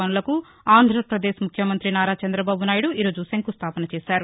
పనులకు ఆంధ్రాపదేశ్ ముఖ్యమంతి నారా చంద్రబాబు నాయుడు ఈరోజు శంకుస్థాపన చేశారు